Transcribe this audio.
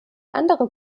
andere